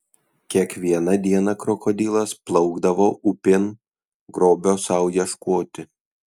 kiekvieną dieną krokodilas plaukdavo upėn grobio sau ieškoti